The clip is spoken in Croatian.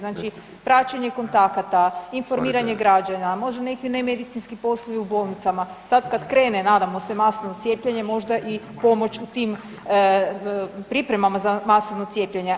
Znači praćenje kontakata, informiranje građana, možda neki nemedicinski poslovi u bolnicama, sad kad krene nadamo se masovno cijepljenje možda i pomoć u tim pripremama za masovno cijepljenje.